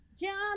Jump